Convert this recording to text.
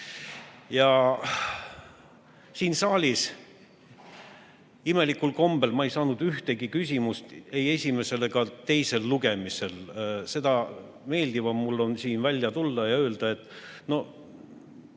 Siin saalis imelikul kombel ma ei saanud ühtegi küsimust ei esimesel ega teisel lugemisel. Seda meeldivam mul on siin välja tulla ja öelda, et jah,